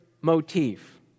motif